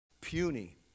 puny